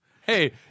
Hey